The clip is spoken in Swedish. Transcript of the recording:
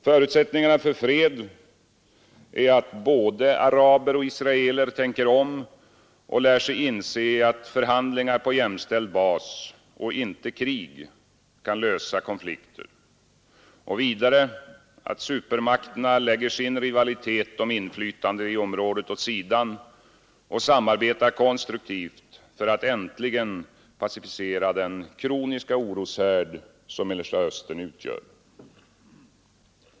Förutsättningarna för fred är att både araber och israeler tänker om och lär sig inse att förhandlingar på jämställd bas och inte krig kan lösa konflikter och vidare att supermakterna lägger sin rivalitet om inflytandet i området åt sidan och samarbetar konstruktivt för att äntligen pacificera den kroniska oroshärd som Mellersta Östern utgör.